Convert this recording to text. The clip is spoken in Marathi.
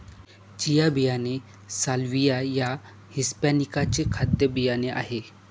चिया बियाणे साल्विया या हिस्पॅनीका चे खाद्य बियाणे आहे